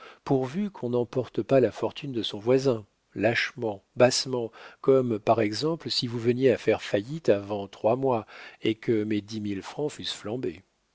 pourvu qu'on n'emporte pas la fortune de son voisin lâchement bassement comme par exemple si vous veniez à faire faillite avant trois mois et que mes dix mille francs fussent flambés